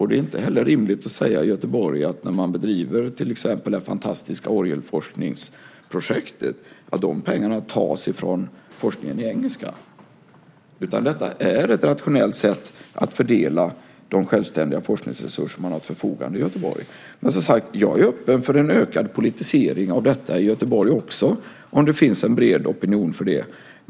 Det är inte heller rimligt att i Göteborg säga att när man bedriver till exempel det fantastiska orgelforskningsprojektet så tas dessa pengar från forskningen i engelska, utan detta är ett rationellt sätt att fördela de självständiga forskningsresurser som man har till förfogande i Göteborg. Men, som sagt, jag är öppen för en ökad politisering av detta i Göteborg också om det finns en bred opinion för det.